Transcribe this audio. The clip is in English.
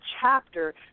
chapter